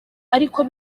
ariko